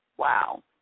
wow